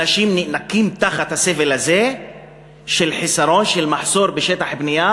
אנשים נאנקים תחת הסבל הזה של מחסור בשטח בנייה,